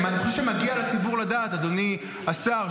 אני חושב שמגיע לציבור לדעת, אדוני השר.